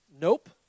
Nope